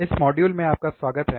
इस मॉड्यूल में आपका स्वागत है